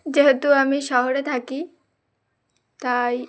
যেহেতু আমি শহরে থাকি তাই